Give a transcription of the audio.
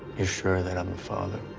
you sure that i'm the father?